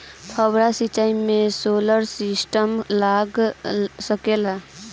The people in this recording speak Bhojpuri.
फौबारा सिचाई मै सोलर सिस्टम लाग सकेला?